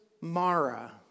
Mara